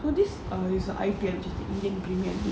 for this err I_P_L indian premier league